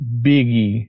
Biggie